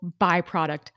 byproduct